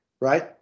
right